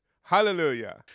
Hallelujah